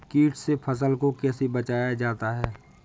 कीट से फसल को कैसे बचाया जाता हैं?